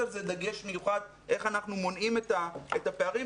על זה דגש מיוחד איך אנחנו מונעים את הפערים.